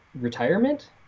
retirement